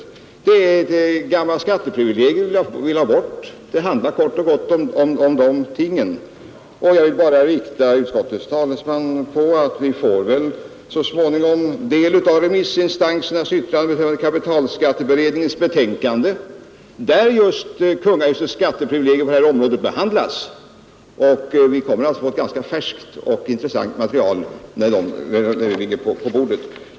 Vi vill alltså ha bort ett gammalt skatteprivilegium — det är vad förslaget kort och gott handlar om. Vi får väl så småningom del av remissinstansernas yttranden beträffande kapitalskatteberedningens betänkande där just kungahusets skatteprivilegier behandlas. Vi får alltså ett färskt och intressant material när de ligger på bordet.